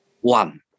one